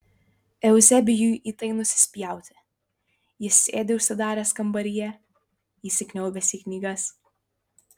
euzebijui į tai nusispjauti jis sėdi užsidaręs kambaryje įsikniaubęs į knygas